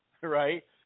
right